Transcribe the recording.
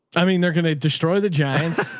i mean, they're going to destroy the giants.